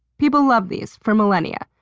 people loved these, for millennia,